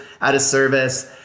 out-of-service